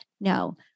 No